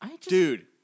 dude